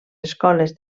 escoles